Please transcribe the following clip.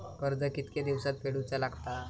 कर्ज कितके दिवसात फेडूचा लागता?